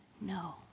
no